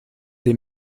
des